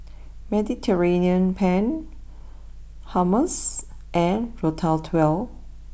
Mediterranean Penne Hummus and Ratatouille